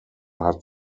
hat